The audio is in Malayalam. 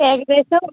ഏകദേശം